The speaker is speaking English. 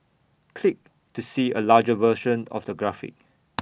click to see A larger version of the graphic